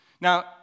Now